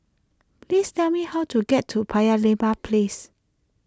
please tell me how to get to Paya Lebar Place